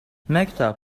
maktub